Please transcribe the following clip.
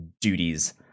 duties